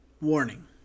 warning